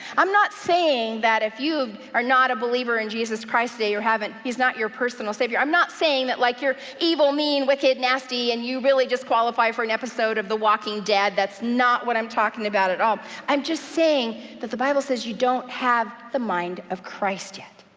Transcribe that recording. i'm not saying that if you are not a believer in jesus christ today, or you haven't, he's not your personal savior, i'm not saying that like you're evil, mean, wicked, nasty, and you really just qualify for an episode of the walking dead. that's not what i'm talking about at all. i'm just saying that the bible says you don't have the mind of christ yet,